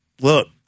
Look